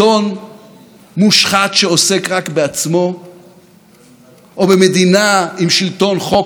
או במדינה עם שלטון חוק חזק וממשלה שעובדת אצלכם,